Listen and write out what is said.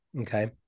Okay